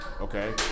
Okay